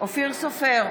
אופיר סופר,